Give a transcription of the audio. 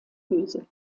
öse